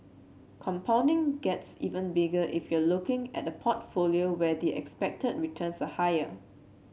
compounding gets even bigger if you're looking at a portfolio where the expected returns are higher